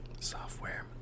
software